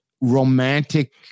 romantic